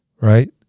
right